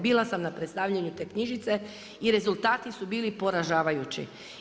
Bila sam na predstavljaju te knjižice i rezultati su bili poražavajući.